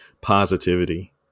positivity